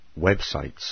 websites